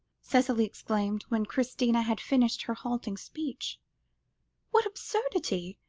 cicely exclaimed, when christina had finished her halting speech what absurdity!